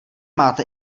máte